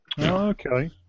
Okay